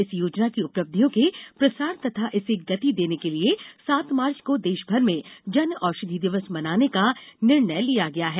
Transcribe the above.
इस योजना की उपलिब्धयों के प्रसार तथा इसे गति देने के लिए सात मार्च को देशभर में जन औषधी दिवस मनाने का निर्णय लिया गया है